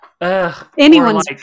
Anyone's